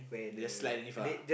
just slide and leave ah